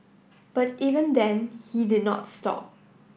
but even then he did not stop